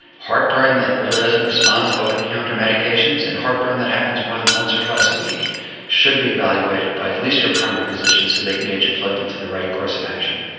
heartburn that really doesn't respond to over-the-counter medications, and heartburn that happens more than once or twice a week should be evaluated by at least your primary physician so they can get you plugged in to the right course of action.